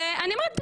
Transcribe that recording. אני אומרת בסדר,